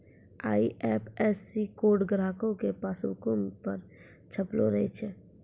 IFSC code ग्राहको के पासबुको पे छपलो रहै छै